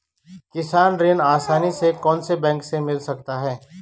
किसान ऋण आसानी से कौनसे बैंक से मिल सकता है?